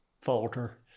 falter